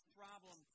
problem